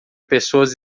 pessoas